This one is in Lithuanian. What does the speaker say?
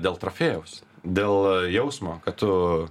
dėl trofėjaus dėl jausmo kad tu